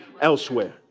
elsewhere